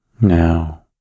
Now